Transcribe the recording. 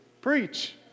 Preach